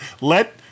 let